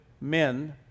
men